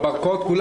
כולם